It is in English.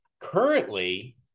currently